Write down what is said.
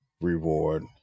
reward